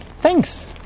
Thanks